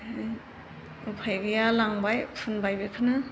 उफाय गैया लांबाय फुनबाय बेखौनो